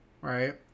right